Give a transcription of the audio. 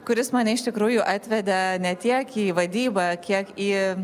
kuris mane iš tikrųjų atvedė ne tiek į vadybą kiek į